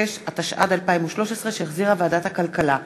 36), התשע"ד 2013, שהחזירה ועדת הכלכלה.